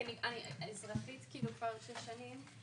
כי אני אזרחית כאילו כבר שש שנים,